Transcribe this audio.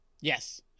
Yes